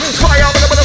fire